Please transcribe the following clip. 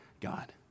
God